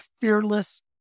fearless